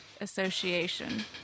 Association